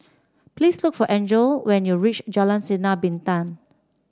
please look for Angele when you reach Jalan Sinar Bintang